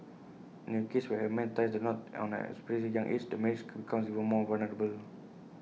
in A cases where A man ties the knot at an especially young age the marriage becomes even more vulnerable